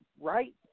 right